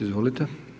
Izvolite.